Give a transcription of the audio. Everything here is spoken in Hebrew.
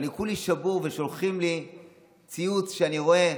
אני כולי שבור ושולחים לי ציוץ שאני רואה: